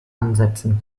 ansetzen